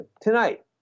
tonight